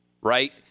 right